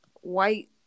white